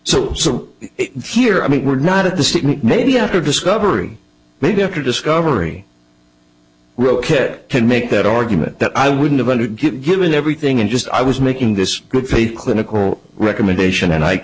or so here i mean we're not at the stick maybe after discovery maybe after discovery to make that argument that i wouldn't have given everything and just i was making this good faith clinical recommendation